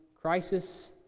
crisis